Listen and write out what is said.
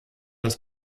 das